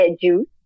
juice